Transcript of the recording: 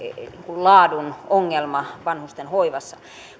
laadun ongelma vanhustenhoivassa